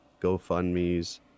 GoFundMes